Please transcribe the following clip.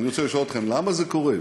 אני רוצה לשאול אתכם, למה זה קורה?